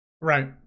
Right